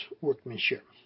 workmanship